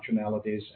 functionalities